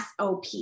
SOP